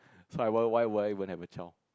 so why why would I won't have a child